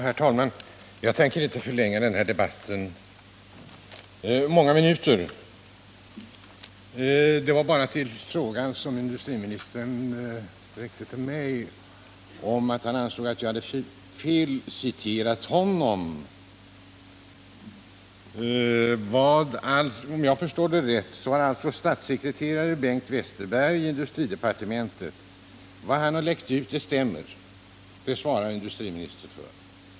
Herr talman! Jag tänker inte förlänga denna debatt många minuter. Jag vill bara kommentera att industriministern ansåg att jag hade felciterat honom. Om jag förstår saken rätt, stämmer det som statssekreterare Bengt Westerberg i industridepartementet har läckt ut. Det svarar industriministern för.